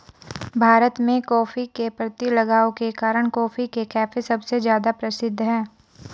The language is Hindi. भारत में, कॉफ़ी के प्रति लगाव के कारण, कॉफी के कैफ़े सबसे ज्यादा प्रसिद्ध है